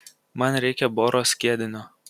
man reikia boro skiedinio